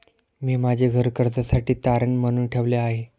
मी माझे घर कर्जासाठी तारण म्हणून ठेवले आहे